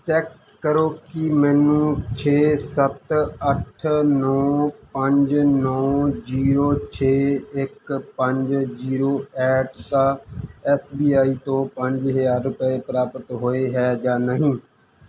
check ਕਰੋ ਕਿ ਮੈਨੂੰ ਛੇ ਸੱਤ ਅੱਠ ਨੌਂ ਪੰਜ ਨੌਂ ਜੀਰੋ ਛੇ ਇੱਕ ਪੰਜ zero at the S B I ਤੋਂ ਪੰਜ ਹਜ਼ਾਰ ਰੁਪਏ ਪ੍ਰਾਪਤ ਹੋਏ ਹੈ ਜਾਂ ਨਹੀਂ